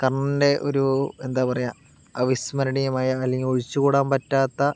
കർണ്ണൻ്റെ ഒരു എന്താ പറയുക അവിസ്മരണീയമായ അല്ലെങ്കിൽ ഒഴിച്ച് കൂടാൻ പറ്റാത്ത ഒരു